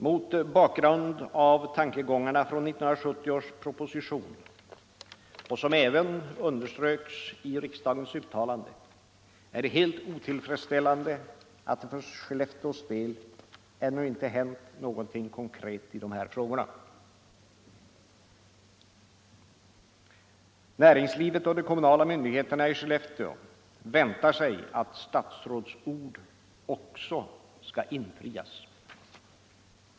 Mot bakgrund av tankegångarna från 1970 års proposition som även underströks i riksdagens uttalande är det helt otillfredsställande att det för Skellefteås vidkommande ännu inte hänt någonting konkret i de här frågorna. Näringslivet och de kommunala myndigheterna i Skellefteå väntar sig att statsråds ord också infrias.